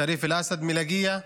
שריף אלאסד מלקיה,